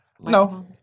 no